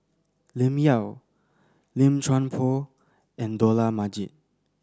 Lim Yau Lim Chuan Poh and Dollah Majid